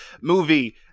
movie